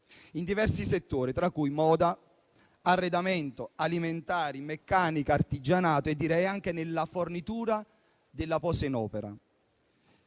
in diversi settori, tra cui moda, arredamento, alimentari, meccanica, artigianato e anche nella fornitura della posa in opera.